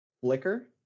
flicker